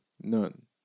none